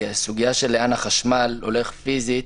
כי הסוגיה של לאן החשמל הולך פיזית,